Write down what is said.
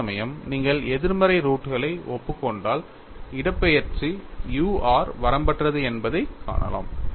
அதேசமயம் நீங்கள் எதிர்மறை ரூட் களை ஒப்புக்கொண்டால் இடப்பெயர்ச்சி u r வரம்பற்றது என்பதைக் காணலாம்